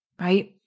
right